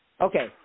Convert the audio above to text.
Okay